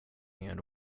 ingen